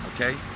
okay